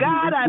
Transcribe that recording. God